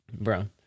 Bro